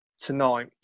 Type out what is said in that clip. tonight